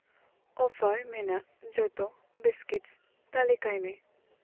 offer ᱢᱮᱱᱟᱜ ᱡᱚᱛᱚ biscuits ᱛᱟᱞᱤᱠᱟᱭ ᱢᱮ